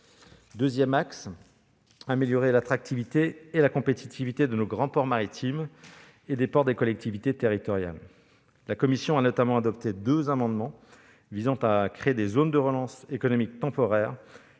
deuxième axe est d'améliorer l'attractivité et la compétitivité de nos grands ports maritimes et des ports des collectivités territoriales. La commission a notamment adopté deux amendements visant à créer des zones de relance économique temporaires